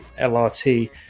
LRT